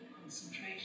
concentration